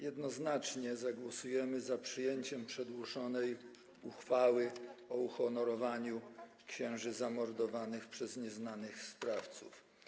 Jednoznacznie zagłosujemy za przyjęciem przedłożonej uchwały o uhonorowaniu księży zamordowanych przez tzw. nieznanych sprawców.